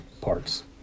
parts